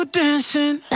dancing